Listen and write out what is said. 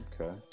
Okay